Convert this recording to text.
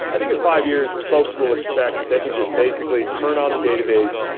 i think in five years, folks will expect that they can just basically turn on the database,